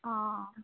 অঁ